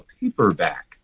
paperback